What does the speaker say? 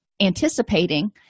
anticipating